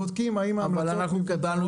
בודקים האם ההמלצות --- אבל אנחנו קיבלנו